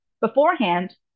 beforehand